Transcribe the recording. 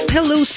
Hello